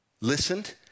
listened